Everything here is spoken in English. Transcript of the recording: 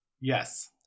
Yes